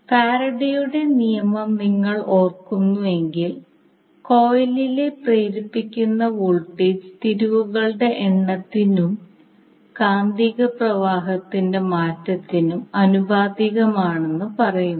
ഫാരഡെയുടെ നിയമം നിങ്ങൾ ഓർക്കുന്നുവെങ്കിൽ കോയിലിൽ പ്രേരിപ്പിക്കുന്ന വോൾട്ടേജ് തിരിവുകളുടെ എണ്ണത്തിനും കാന്തിക പ്രവാഹത്തിന്റെ മാറ്റത്തിനും ആനുപാതികമാണെന്ന് പറയുന്നു